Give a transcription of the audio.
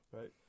right